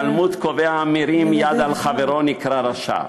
התלמוד קובע "המרים יד על חברו נקרא רשע".